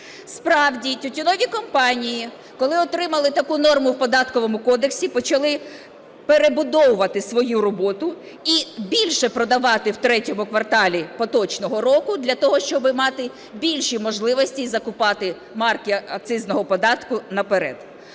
Справді, тютюнові компанії, коли отримали таку норму в Податковому кодексі, почали перебудовувати свою роботу і більше продавати в ІІІ кварталі поточного року для того, щоби мати більші можливості і закуповувати марки акцизного податку наперед.